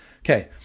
Okay